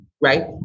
right